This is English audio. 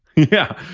yeah.